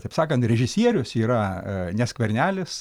taip sakant režisierius yra ne skvernelis